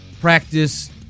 practice